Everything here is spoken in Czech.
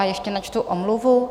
Ještě načtu omluvu.